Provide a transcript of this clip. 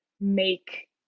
make